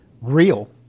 real